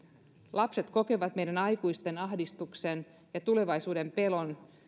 lapset kokevat meidän aikuisten ahdistuksen ja tulevaisuudenpelon